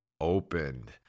opened